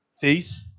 faith